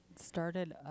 started